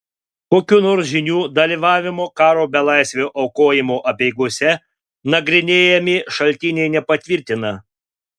kokių nors žynių dalyvavimo karo belaisvio aukojimo apeigose nagrinėjami šaltiniai nepatvirtina